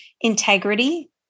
integrity